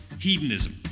hedonism